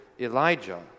Elijah